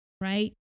right